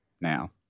now